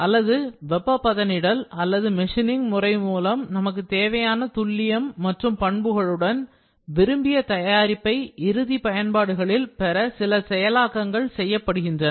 அல்லது வெப்பப் பதனிடல் அல்லது மெஷினிங் முறை மூலம் நமக்குத் தேவையான துல்லியம் மற்றும் பண்புகளுடன் விரும்பிய தயாரிப்பை இறுதி பயன்பாடுகளில் பெற சில செயலாக்கங்கள் செய்யப்படுகின்றன